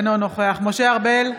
אינו נוכח משה ארבל,